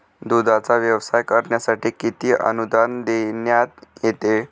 दूधाचा व्यवसाय करण्यासाठी किती अनुदान देण्यात येते?